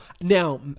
Now